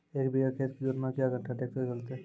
एक बीघा खेत जोतना क्या घंटा ट्रैक्टर चलते?